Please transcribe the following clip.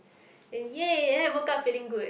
yay then I woke up feeling good